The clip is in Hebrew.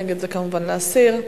נגד, זה כמובן להסיר.